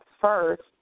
first